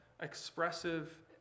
expressive